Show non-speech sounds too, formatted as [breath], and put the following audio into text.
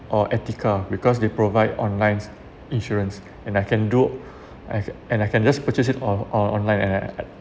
or etika because they provide online insurance and I can do [breath] I and I can just purchase it on on online and I